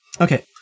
Okay